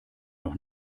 doch